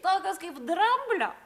tokios kaip dramblio